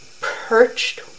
perched